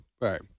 right